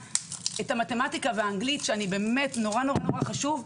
מתמטיקה ואנגלית הם באמת מאוד חשובים,